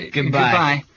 Goodbye